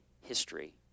history